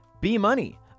B-Money